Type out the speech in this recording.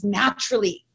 naturally